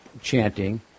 chanting